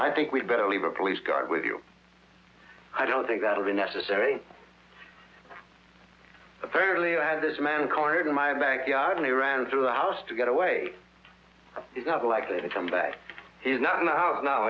i think we'd better leave a police guard with you i don't think that would be necessary apparently i had this man cornered in my backyard and he ran through the house to get away he's not likely to come back he's not in the house now